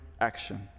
action